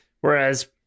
whereas